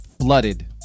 flooded